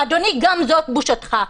אדוני, גם זאת בושתך.